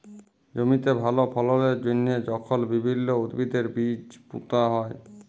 জমিতে ভাল ফললের জ্যনহে যখল বিভিল্ল্য উদ্ভিদের বীজ পুঁতা হ্যয়